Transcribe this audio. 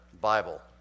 Bible